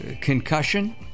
concussion